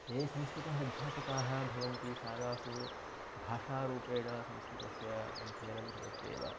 ते संस्कृताध्यापकाः भवन्ति शालासु भाषारूपेण संस्कृतस्य अध्ययनं भवत्येव